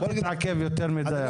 אל תתעכב יותר מדי על זה.